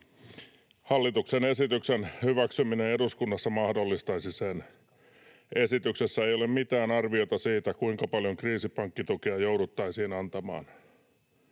Hallituksen esityksen hyväksyminen eduskunnassa mahdollistaisi sen. Esityksessä ei ole mitään arviota siitä, kuinka paljon kriisipankkitukea jouduttaisiin antamaan.